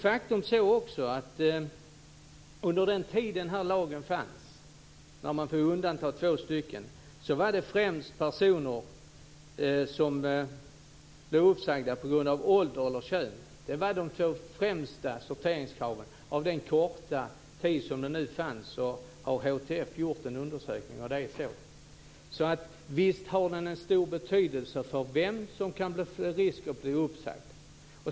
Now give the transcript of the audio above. Faktum är också att under den tid då den här lagen fanns, då man fick undanta två stycken, var det främst så att personer blev uppsagda på grund av ålder eller kön. Det var de två främsta sorteringskraven. Utifrån den korta tid som det här fanns har HTF gjort en undersökning, och det är så här. Så visst har den en stor betydelse för vem som kan löpa risk att bli uppsagd.